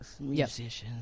musicians